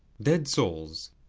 dead souls,